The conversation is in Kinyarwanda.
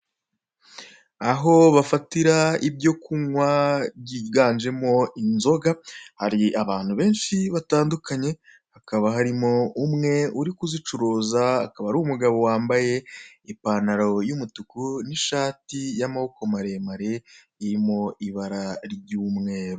Aho bafatira ibyo kunywa byiganjemo inzoga hari abantu benshi batandukanye hakaba harimo umwe uri kuzicuruza wambaye ipantaro y'umukara, n'ishati y'amaboko maremare irimo ibara ry'umweru .